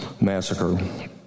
Massacre